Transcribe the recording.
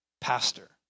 pastor